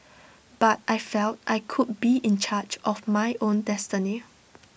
but I felt I could be in charge of my own destiny